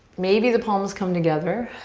maybe the palms come together.